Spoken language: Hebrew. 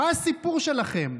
מה הסיפור שלכם?